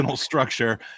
structure